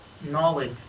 knowledge